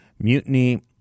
Mutiny